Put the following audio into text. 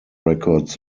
records